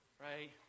right